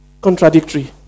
contradictory